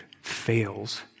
fails